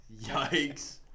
Yikes